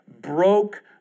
Broke